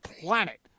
planet